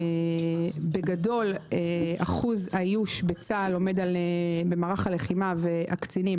בגדול אחוז האיוש בצה"ל במערך הלחימה והקצינים